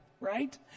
Right